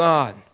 God